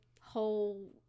whole